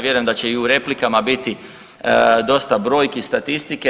Vjerujem da će i u replikama biti dosta brojki i statistike.